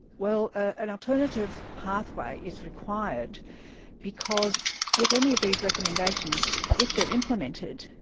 well, an alternative pathway is required because with any of these recommendations, if they're implemented,